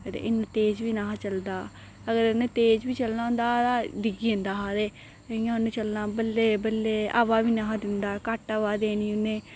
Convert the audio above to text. इन्ना तेज बी नेईं हा चलदा अगर उ'न्ने तेज बी चलना होंदा हा तां डिग्गी जन्दा हा इयां उन्ने चलना बल्लें बल्लें हवा बी नेईं हा दिन्दा घट्ट हवा देनी उ'न्नै